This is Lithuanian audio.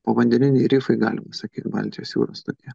povandeniniai rifai galima sakyt baltijos jūros tokie